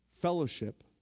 fellowship